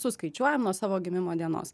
suskaičiuojam nuo savo gimimo dienos